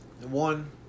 one